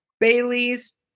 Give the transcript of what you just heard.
Bailey's